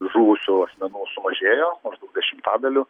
žuvusių asmenų sumažėjo maždaug dešimtadaliu